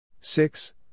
Six